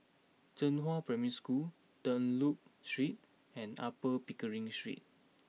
Zhenghua Primary School Dunlop Street and Upper Pickering Street